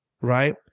right